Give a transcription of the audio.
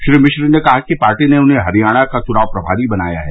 श्री मिश्र ने कहा कि पार्टी ने उन्हें हरियाणा का चुनाव प्रभारी बनाया है